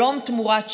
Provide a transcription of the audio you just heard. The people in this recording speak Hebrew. שלום תמורת שלום.